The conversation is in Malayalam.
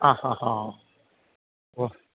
ആ ഹാ ഹാ ഓ